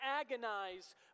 agonize